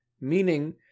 meaning